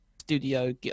studio